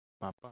Papa